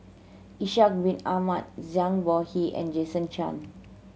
Ishak Bin Ahmad Zhang Bohe and Jason Chan